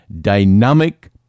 dynamic